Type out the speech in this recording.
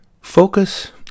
focus